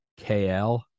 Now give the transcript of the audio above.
KL